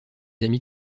amis